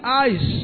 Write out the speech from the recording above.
eyes